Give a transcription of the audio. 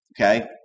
Okay